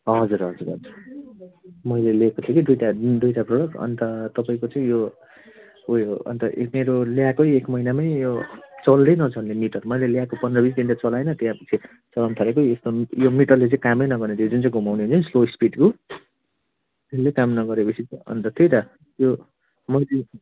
हजुर हजुर हजुर मैले लिएको थिएँ कि दुइवटा दुइवटा प्रडक्ट अन्त तपाईँको चाहिँ यो उयो अन्त मेरो ल्याएकै एक महिनामै यो चल्दै नचल्ने मिटर मैले ल्याएको पन्ध्र बिस दिन चलाइनँ त्यहाँ चलाउन थालेको यस्तो यो मिटरले कामै नगर्ने थियो जुन चाहिँ घुमाउने थियो स्लो स्पिड हो त्यसले काम नगरे पछि अन्त त्यही त